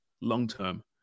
long-term